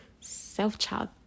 self-child